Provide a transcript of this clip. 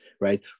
right